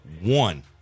one